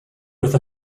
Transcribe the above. with